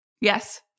Yes